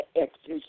exercise